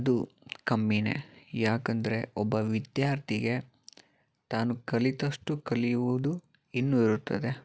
ಅದು ಕಮ್ಮಿ ಯಾಕಂದರೆ ಒಬ್ಬ ವಿದ್ಯಾರ್ಥಿಗೆ ತಾನು ಕಲಿತಷ್ಟು ಕಲಿಯುವುದು ಇನ್ನೂ ಇರುತ್ತದೆ